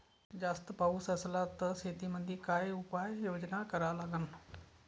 जास्त पाऊस असला त शेतीमंदी काय उपाययोजना करा लागन?